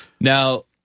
Now